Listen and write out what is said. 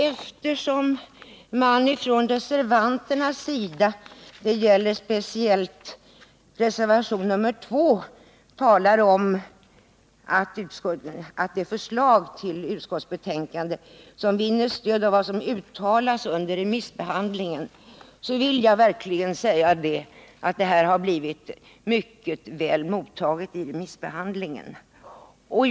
Eftersom reservanterna — speciellt i reservationen 2— talar om att deras förslag till utskottsbetänkande vinner stöd i vad som uttalats under remissbehandlingen vill jag verkligen säga att propositionen har blivit mycket väl mottagen vid remissbehandlingen.